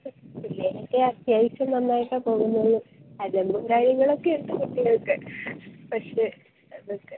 പിള്ളേരെക്കെ അത്യാവശ്യം നന്നായിട്ടാ പോകുന്നത് അലമ്പും കാര്യങ്ങളൊക്കെ ഉണ്ട് കുട്ടികള്ക്ക് പക്ഷെ അതൊക്കെ